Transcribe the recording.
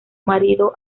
marido